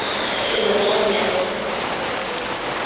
இதுக்கெலாம் gas cylinder பயன்படுத்தது